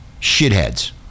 Shitheads